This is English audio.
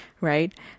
right